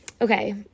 Okay